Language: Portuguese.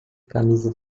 camisa